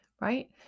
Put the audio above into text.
right